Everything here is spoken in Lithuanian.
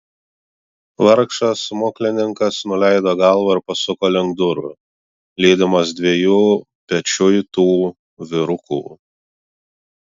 vargšas smuklininkas nuleido galvą ir pasuko link durų lydimas dviejų pečiuitų vyrukų